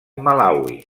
malawi